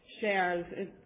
shares